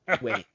Wait